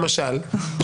למשל,